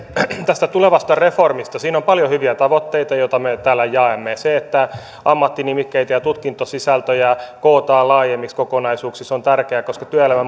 tästä tulevasta reformista siinä on paljon hyviä tavoitteita jotka me täällä jaamme se että ammattinimikkeitä ja tutkintosisältöjä kootaan laajemmiksi kokonaisuuksiksi on tärkeää koska työelämä